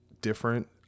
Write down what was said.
different